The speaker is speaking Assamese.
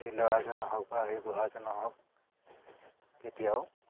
সেই ল'ৰাজনৰ হওক বা সেই বুঢ়াজনৰ হওক কেতিয়াও